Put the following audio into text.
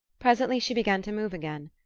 presently she began to move again.